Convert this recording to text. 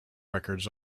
records